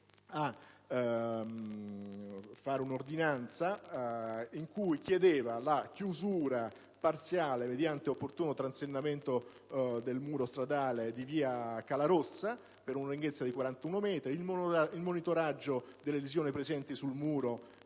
emanare un'ordinanza in cui chiedeva la chiusura parziale, mediante opportuno transennamento del muro stradale, di via Cala Rossa per una lunghezza di 41 metri, il monitoraggio delle lesioni presenti sul muro